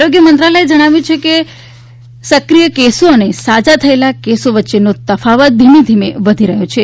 આરોગ્ય મંત્રાલયે જણાવ્યું છે કે સક્રિય કેસો તથા સાજા થયેલા કોસો વચ્ચેનો તફાવત ધીમે ધીમે વધી રહ્યો છે